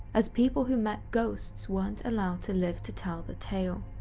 as people who met ghosts weren't allowed to live to tell the tale.